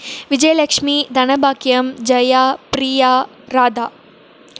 Vijayalakshmi Dhanabakkiyam Jaya Priya Radha